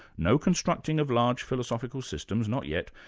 no constructing of large philosophical systems, not yet,